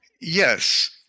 Yes